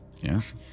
yes